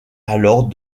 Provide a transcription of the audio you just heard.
alors